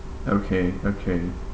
okay okay